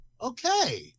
okay